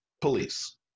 police